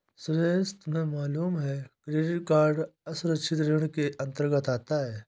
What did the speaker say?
सुरेश तुम्हें मालूम है क्रेडिट कार्ड असुरक्षित ऋण के अंतर्गत आता है